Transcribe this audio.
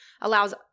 allows